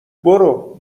برو